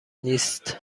نیست